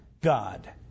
God